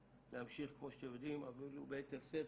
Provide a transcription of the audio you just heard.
להמשיך כמו שאתם יודעים אפילו ביתר שאת.